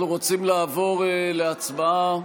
אנחנו רוצים לעבור להצבעה.